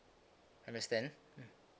understand mm